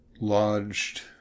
lodged